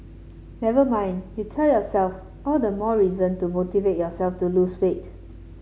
never mind you tell yourself all the more reason to motivate yourself to lose weight